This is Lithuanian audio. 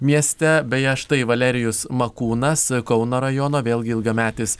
mieste beje štai valerijus makūnas kauno rajono vėlgi ilgametis